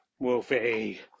Wolfie